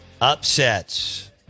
upsets